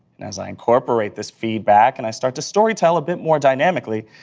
and as i incorporate this feedback and i start to story-tell a bit more dynamically,